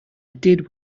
did